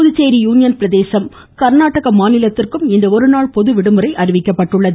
Puducherry union பிரதேசம் கர்நாடக மாநிலத்திற்கும் இன்று ஒரு நாள் பொது விடுமுறை அறிவிக்கப்பட்டுள்ளது